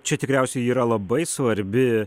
čia tikriausiai yra labai svarbi